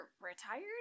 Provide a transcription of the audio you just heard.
retired